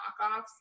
knockoffs